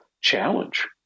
challenge